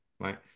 right